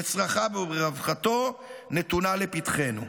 בצרכיו וברווחתו, נתונה לפתחנו.